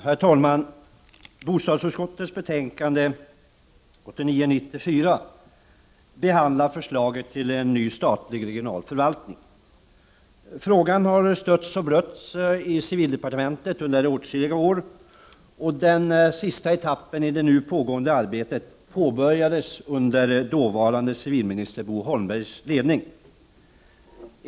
Herr talman! I bostadsutskottets betänkande 1989/90:BoU4 behandlas förslaget till en ny statlig regional förvaltning. Denna fråga har stötts och blötts i civildepartementet i åtskilliga år. Den sista etappen i det nu pågående arbetet påbörjades under dåvarande civilminister Bo Holmbergs ledning.